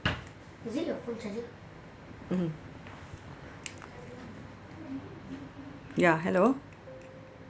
mmhmm ya hello